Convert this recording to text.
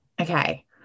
okay